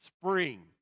spring